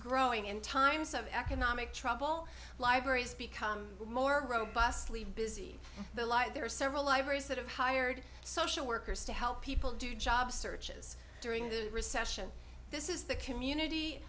growing in times of economic trouble libraries become more robustly busy the like there are several libraries that have hired social workers to help people do job searches during the recession this is the community